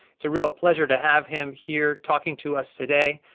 it's a real pleasure to have him here, talking to us today,